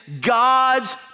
God's